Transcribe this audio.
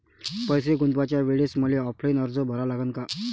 पैसे गुंतवाच्या वेळेसं मले ऑफलाईन अर्ज भरा लागन का?